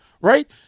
Right